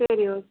சரி okay sir